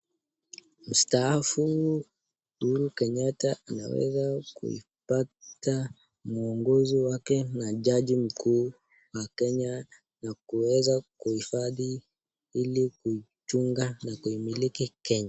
Mustaafu Uhuru Kenyata anaweza kuipata uongozi wake na jaji mkuu wa Kenya na kuweza kuhifadhi ili kuchunga na kuimiliki Kenya.